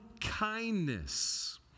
kindness